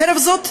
חרף זאת,